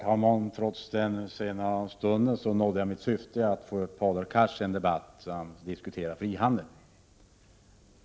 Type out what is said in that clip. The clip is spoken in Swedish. Herr talman! Trots den sena stunden nådde jag mitt syfte, att få upp Hadar Cars till en debatt och diskutera frihandel.